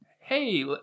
hey